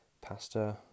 pasta